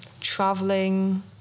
traveling